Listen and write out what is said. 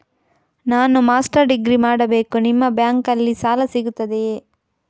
ನಾನು master degree ಮಾಡಬೇಕು, ನಿಮ್ಮ ಬ್ಯಾಂಕಲ್ಲಿ ಸಾಲ ಸಿಗುತ್ತದೆಯೇ?